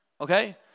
Okay